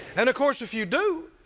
and of course if you do,